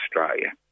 Australia